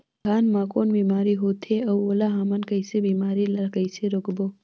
धान मा कौन बीमारी होथे अउ ओला हमन कइसे बीमारी ला कइसे रोकबो?